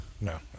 No